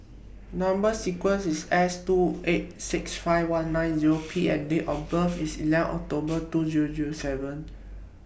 Number sequences IS S two eight six five one nine Zero P and Date of birth IS eleven October two Zero Zero seven